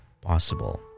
possible